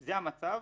זה המצב.